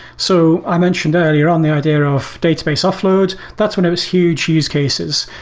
so i mentioned earlier on the idea of database offload. that's one of its huge use cases.